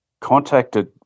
contacted